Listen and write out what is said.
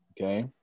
Okay